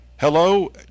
hello